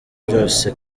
byose